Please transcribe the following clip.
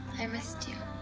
i missed you.